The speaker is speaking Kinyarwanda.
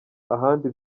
ahandi